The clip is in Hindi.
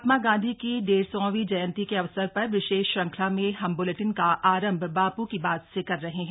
महात्मा गांधी की डेढ सौंवीं जयंती के अवसर पर विशेष श्रृंखला में हम ब्लेटिन का आरंभ बापू की बात से कर रहे हैं